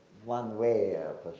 one way